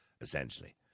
essentially